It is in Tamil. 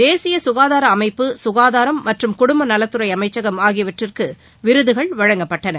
தேசிய அமைப்பு அமைப்பு அக்காதாரம் மற்றும் குடும்பநலத்துறை அமைச்சகம் ஆகியவற்றிற்கு விருதுகள் வழங்கப்பட்டன